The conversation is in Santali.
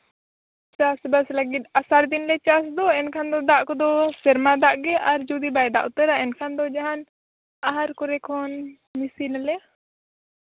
ᱪᱟᱥᱼᱵᱟᱥ ᱞᱟᱹᱜᱤᱫ ᱟᱥᱟᱲ ᱫᱤᱱᱞᱮ ᱪᱟᱥ ᱫᱚ ᱮᱱᱠᱷᱟᱱ ᱫᱚ ᱫᱟᱜ ᱠᱚᱫᱚ ᱥᱮᱨᱢᱟ ᱫᱟᱜ ᱜᱮ ᱟᱨ ᱡᱩᱫᱤ ᱵᱟᱭ ᱫᱟᱜ ᱩᱛᱟᱹᱨᱟ ᱮᱱᱠᱷᱟᱱ ᱫᱚ ᱡᱟᱦᱟᱱ ᱟᱦᱟᱨ ᱠᱚᱨᱮ ᱠᱷᱚᱱ ᱢᱮᱹᱥᱤᱱ ᱟᱞᱮ